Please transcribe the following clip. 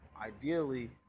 Ideally